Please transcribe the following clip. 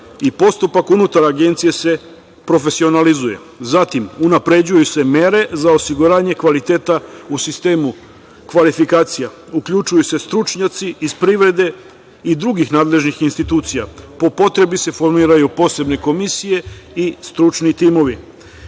i postupak unutar agencije se profesionalizuje. Zatim, unapređuju se mere za osiguranje kvaliteta u sistemu kvalifikacija, uključuju se stručnjaci iz privede i drugih nadležnih institucija. Po potrebe se formiraju posebne komisije i stručni timovi.